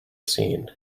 seen